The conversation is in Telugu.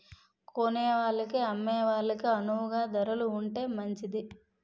కొనేవాళ్ళకి అమ్మే వాళ్ళకి అణువుగా ధరలు ఉంటే మంచిది